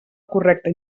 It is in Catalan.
correcta